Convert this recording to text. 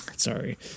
sorry